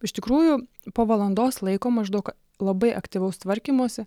iš tikrųjų po valandos laiko maždaug labai aktyvaus tvarkymosi